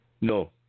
No